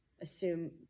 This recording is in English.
assume